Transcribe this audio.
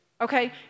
Okay